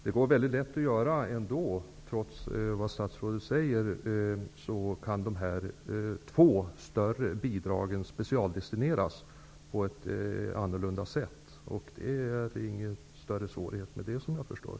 Herr talman! Det går väldigt lätt ändå att, oavsett vad statsrådet säger, specialdestinera de två största bidragen på ett annorlunda sätt. Det är inga större svårigheter med det, såvitt jag förstår.